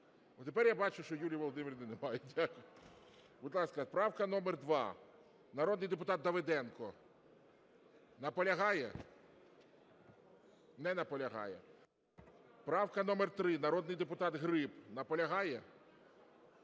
тепер я бачу, що Юлії Володимирівни немає. Будь ласка, правка номер 2. Народний депутат Давиденко. Наполягає? Не наполягає. Правка номер 3. Народний депутат Гриб. Наполягає?